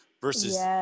versus